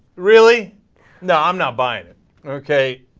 really not um not buy it it okay